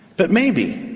but maybe,